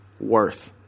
worth